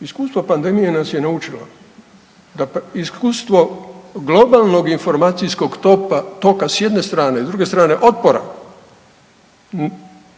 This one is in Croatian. Iskustvo pandemije nas je naučilo, iskustvo globalnog informacijskog toka s jedne strane, s druge strane, otpora,